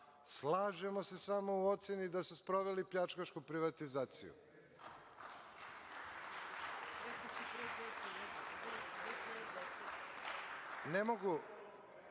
slažemo se samo u oceni da su sproveli pljačkašku privatizaciju. Nekoliko